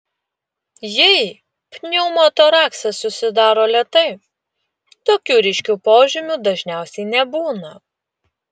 jei pneumotoraksas susidaro lėtai tokių ryškių požymių dažniausiai nebūna